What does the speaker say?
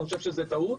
אני חושב שזה טעות.